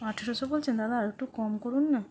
আঠেরোশো বলছেন দাদা আর একটু কম করুন না